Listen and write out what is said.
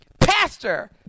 pastor